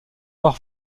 avoir